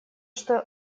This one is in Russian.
что